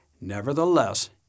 Nevertheless